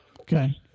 Okay